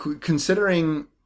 Considering